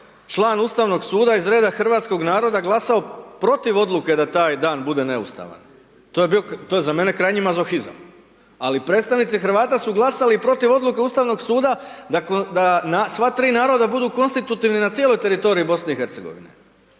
član Ustavnog suda iz reda hrvatskog naroda glasao protiv odluke da taj bude neustavan. To je za mene krajnji mazohizam. Ali predstavnici Hrvata su glasali i protiv odluke Ustavnog suda da sva tri naroda budu konstitutivni na cijeloj teritoriji Bosne